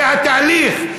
זה התהליך.